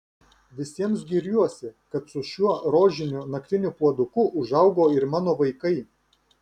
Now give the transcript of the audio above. visiems giriuosi kad su šiuo rožiniu naktiniu puoduku užaugo ir mano vaikai